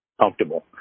comfortable